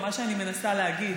מה שאני מנסה להגיד,